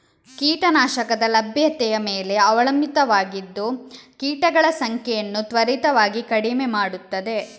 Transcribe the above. ಕೀಟ ನಾಶಕದ ಲಭ್ಯತೆಯ ಮೇಲೆ ಅವಲಂಬಿತವಾಗಿದ್ದು ಕೀಟಗಳ ಸಂಖ್ಯೆಯನ್ನು ತ್ವರಿತವಾಗಿ ಕಡಿಮೆ ಮಾಡುತ್ತದೆ